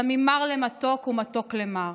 שמים מר למתוק ומתוק למר'.